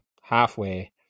Halfway